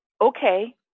okay